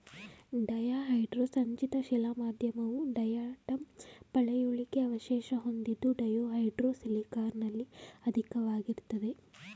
ಡಯಾಹೈಡ್ರೋ ಸಂಚಿತ ಶಿಲಾ ಮಾಧ್ಯಮವು ಡಯಾಟಂ ಪಳೆಯುಳಿಕೆ ಅವಶೇಷ ಹೊಂದಿದ್ದು ಡಯಾಹೈಡ್ರೋ ಸಿಲಿಕಾನಲ್ಲಿ ಅಧಿಕವಾಗಿರ್ತದೆ